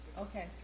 Okay